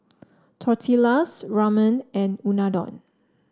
Tortillas Ramen and Unadon